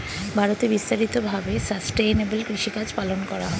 ভারতে বিস্তারিত ভাবে সাসটেইনেবল কৃষিকাজ পালন করা হয়